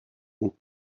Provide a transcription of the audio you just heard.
aux